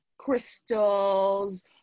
Crystals